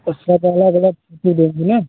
उसका पहला अगला दे देंगी ना